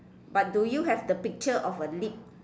but do you have the picture of a lip